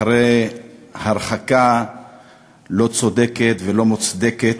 אחרי הרחקה לא צודקת ולא מוצדקת,